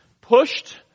Pushed